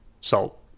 salt